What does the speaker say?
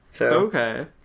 Okay